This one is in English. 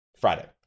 Friday